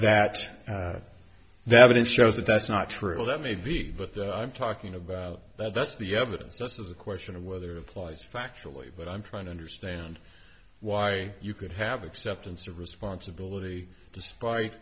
that they haven't shows that that's not true that may be but i'm talking about that's the evidence just as the question of whether applies factually but i'm trying to understand why you could have acceptance of responsibility despite